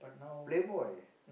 playboy